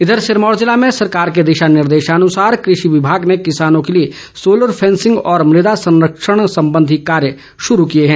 इधर सिरमौर जिले में सरकार के दिशा निर्देशानुसार कृषि विभाग ने किसानों के लिए सोलर फैंसिंग और मृदा संरक्षण संबंधी कार्य शुरू किए हैं